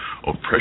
oppression